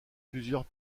plusieurs